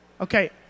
Okay